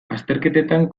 azterketetan